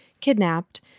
kidnapped